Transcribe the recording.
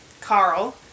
Carl